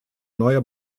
neuer